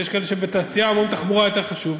ויש כאלה בתעשייה שאומרים: תחבורה יותר חשוב.